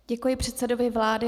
Děkuji předsedovi vlády.